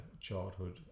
childhood